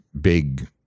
big